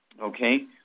Okay